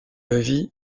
levis